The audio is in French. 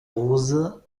roses